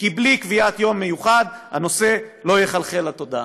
כי בלי קביעת יום מיוחד הנושא לא יחלחל לתודעה.